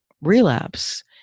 relapse